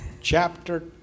Chapter